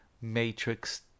Matrix